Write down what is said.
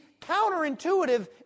counterintuitive